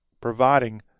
providing